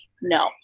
no